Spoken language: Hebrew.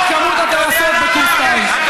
את מספר הטייסות בקורס טיס.